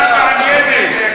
עובדה מעניינת.